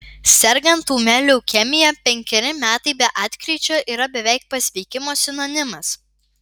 sergant ūmia leukemija penkeri metai be atkryčio yra beveik pasveikimo sinonimas